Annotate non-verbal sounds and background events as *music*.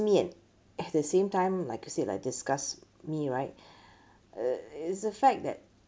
me and at the same time like I said like discuss me right *breath* uh is the fact that